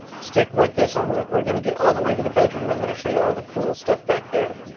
stick with this. i'm gonna. we're gonna get all the way to the bedroom, and i'm gonna show you all the cool stuff back there.